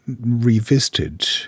revisited